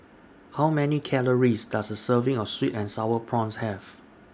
How Many Calories Does A Serving of Sweet and Sour Prawns Have